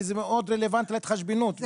כי זה מאוד רלוונטי להתחשבנות.